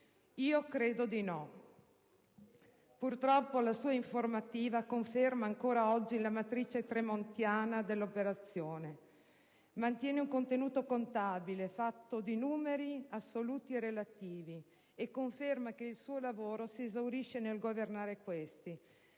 Io credo di no. Purtroppo, la sua informativa conferma ancora oggi la matrice tremontiana dell'operazione; mantiene un contenuto contabile fatto di numeri assoluti e relativi e conferma che il suo lavoro si esaurisce nel governare questi